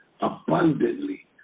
abundantly